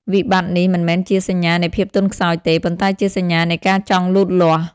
វិបត្តិនេះមិនមែនជាសញ្ញានៃភាពទន់ខ្សោយទេ ប៉ុន្តែជាសញ្ញានៃការចង់លូតលាស់។